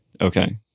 Okay